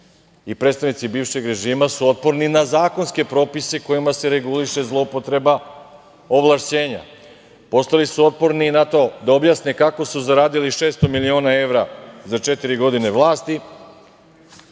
i predstavnici bivšeg režima su otporni na zakonske propise kojima se reguliše zloupotreba ovlašćenja. Postali su otporni i na to da objasne kako su zaradili 600 miliona evra za četiri godine vlasti. Da